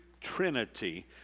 Trinity